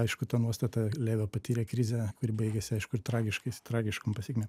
aišku ta nuostata levio patyrė krizę kuri baigiasi aišku tragiškais tragiškom pasekmėm